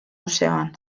museoan